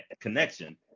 connection